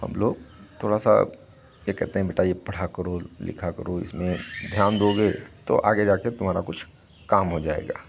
हम लोग थोड़ा सा ये कहते हैं बेटा ये पढ़ा करो लिखा करो इसमें ध्यान दोगे तो आगे जाके तुम्हारा कुछ काम हो जाएगा